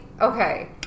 Okay